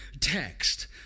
text